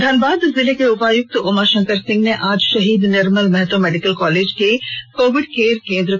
धनबाद जिले के उपायुक्त उमाशंकर सिंह ने आज शहीद निर्मल महतो मेडिकल कॉलेज के कोविड केयर केंद्र का निरीक्षण किया